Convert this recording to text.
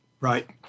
Right